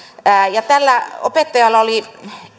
tällä opettajalla oli